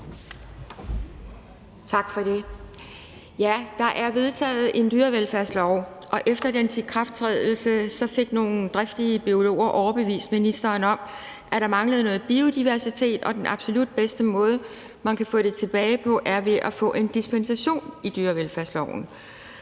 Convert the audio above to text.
Tak for det. Der er vedtaget en dyrevelfærdslov, og efter dens ikrafttrædelse fik nogle driftige biologer overbevist ministeren om, at der manglede noget biodiversitet, og at den absolut bedste måde, man kan få det tilbage på, er at få en dispensation fra dyrevelfærdsloven